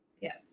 Yes